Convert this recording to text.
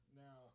now